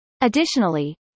Additionally